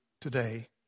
today